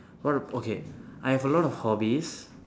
what uh okay I have a lot of hobbies